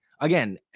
again